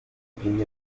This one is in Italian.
pinne